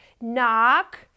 Knock